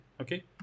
Okay